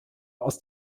aus